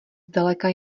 zdaleka